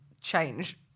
change